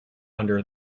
under